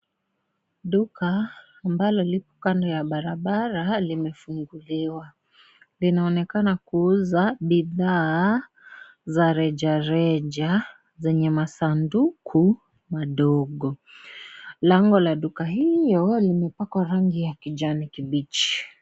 Duka ambalo lipo kando ya barabara limefunguliwa, linaonekana kuuza bidhaa za reja reja zenye masanduku madogo, lango la duka hilo limepakwa rangi ya kijani kibichi.